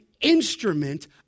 instrument